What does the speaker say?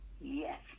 Yes